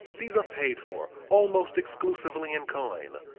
these are paid for almost exclusively in coin,